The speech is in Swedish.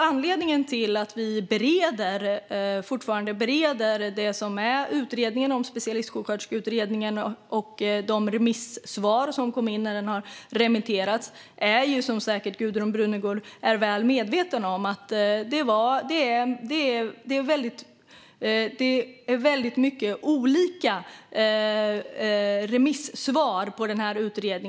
Anledningen till att vi fortfarande bereder frågan om specialistsjuksköterskeutbildningen, som Gudrun Brunegård säkert är väl medveten om, är att remissvaren som har kommit in efter att utredningen hade remitterats är olika.